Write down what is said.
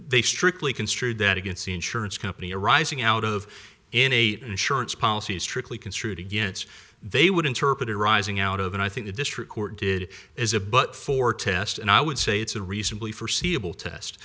they strictly construed that against the insurance company arising out of innate insurance policy is strictly construed against they would interpret it arising out of and i think the district court did is a but for test and i would say it's a reasonably forseeable test